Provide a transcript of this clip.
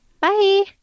Bye